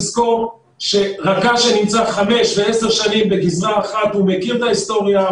צריך לזכור שרכז שנמצא חמש ועשר שנים בגזרה אחת מכיר את ההיסטוריה,